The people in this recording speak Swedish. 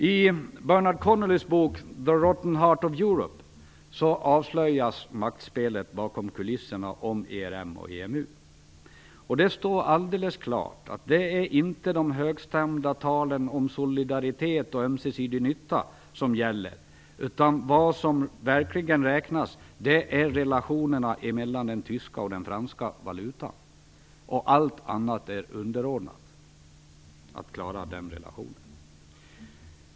I Bernard Connollys bok The rotten heart of Europe avslöjas maktspelet bakom kulisserna om ERM och EMU. Det står alldeles klart att det inte är de högstämda talen om solidaritet och ömsesidig nytta som gäller. Vad som verkligen räknas är i stället relationerna mellan den tyska och den franska valutan. Allt annat är underordnat när det gäller att klara den relationen.